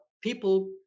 people